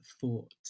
thought